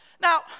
Now